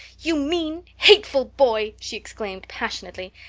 you mean, hateful boy! she exclaimed passionately.